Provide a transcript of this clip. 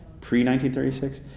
pre-1936